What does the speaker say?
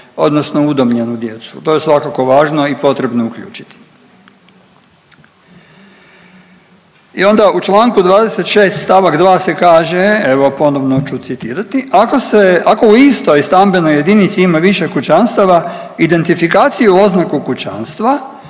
odnosno udomljenu djecu. To je svakako važno i potrebno uključiti. I onda u Članku 26. stavak 2. se kaže evo ponovno ću citirati, ako se, ako u istoj stambenoj jedinici ima više kućanstva identifikaciju oznaku kućanstva